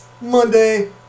Monday